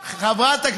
משטרה,